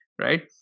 right